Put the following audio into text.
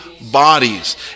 bodies